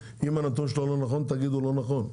הנתון שלו לא נכון, תגידו שהוא לא נכון.